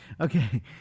Okay